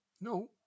no